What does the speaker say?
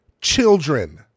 Children